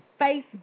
Facebook